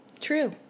True